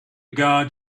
guard